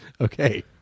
Okay